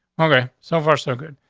okay. so far, so good.